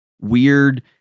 weird